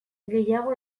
gehiago